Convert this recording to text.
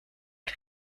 het